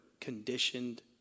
conditioned